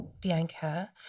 Bianca